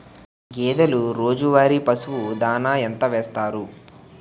గేదెల రోజువారి పశువు దాణాఎంత వేస్తారు?